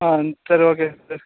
ஆ சரி okay sir